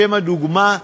לשם הדוגמה,